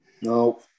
no